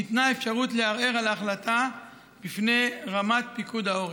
ניתנה אפשרות לערער על ההחלטה לפני רמת פיקוד העורף.